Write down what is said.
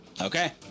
Okay